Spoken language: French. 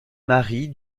marie